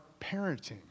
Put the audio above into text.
parenting